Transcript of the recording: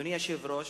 אדוני היושב-ראש,